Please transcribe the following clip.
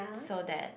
so that